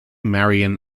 marian